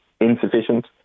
insufficient